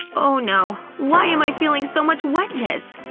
oh no! why am i feeling so much wetness?